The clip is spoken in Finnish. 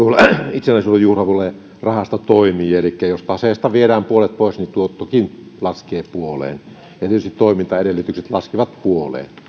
itsenäisyyden juhlarahasto toimii elikkä jos taseesta viedään puolet pois niin tuottokin laskee puoleen ja tietysti toimintaedellytykset laskevat puoleen